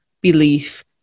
belief